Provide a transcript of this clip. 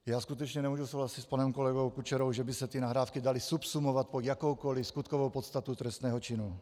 Já skutečně nemůžu souhlasit s panem kolegou Kučerou, že by se ty nahrávky daly subsumovat pod jakoukoliv skutkovou podstatu trestného činu.